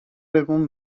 egun